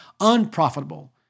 unprofitable